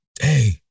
hey